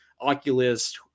Oculus